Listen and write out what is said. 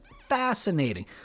fascinating